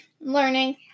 learning